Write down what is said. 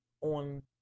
on